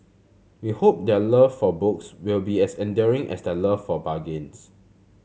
we hope their love for books will be as enduring as their love for bargains